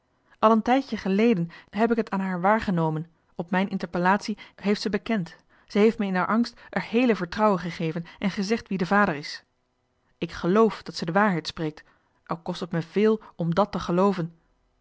al een tijdje geleden heb ik het aan er waargenomen op mijn interpellatie heeft ze bekend ze heeft me in er angst er hééle vertrouwen gegeven en gezegd johan de meester de zonde in het deftige dorp wie de vader is ik gelf dat ze waarheid spreekt al kost het me veel om dàt te gelooven